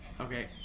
Okay